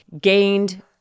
gained